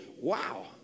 Wow